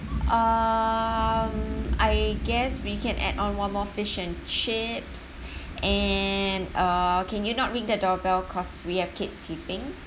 um I guess we can add on one more fish and chips and uh can you not ring the doorbell cause we have kids sleeping